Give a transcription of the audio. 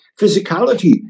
physicality